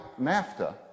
NAFTA